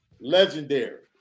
Legendary